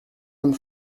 and